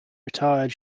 retired